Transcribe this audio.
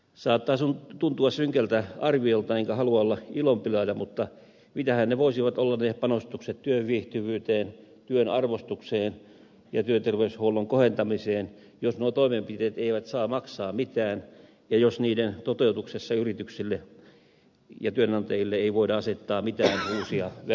saattaa tuntua synkältä arviolta enkä halua olla ilonpilaaja mutta mitähän ne voisivat olla ne panostukset työviihtyvyyteen työn arvostukseen ja työterveyshuollon kohentamiseen jos nuo toimenpiteet eivät saa maksaa mitään ja jos niiden toteutuksessa yrityksille ja työnantajille ei voida asettaa mitään uusia velvoitteita